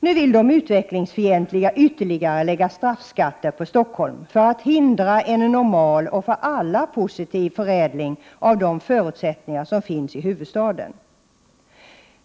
Nu vill de utvecklingsfientliga ytterligare lägga straffskatter på Stockholm för att hindra en normal och för alla positiv förädling av de förutsättningar som finns i huvudstaden.